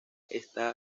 está